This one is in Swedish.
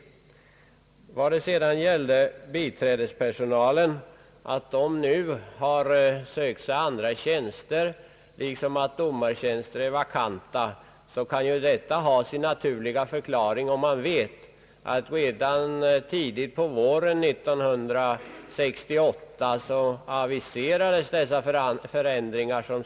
Att biträdespersonalen sökt sig andra tjänster — liksom att domartjänster är vakanta — kan ha sin naturliga förklaring i att dessa förändringar aviserades redan tidigt på våren 1968.